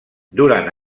durant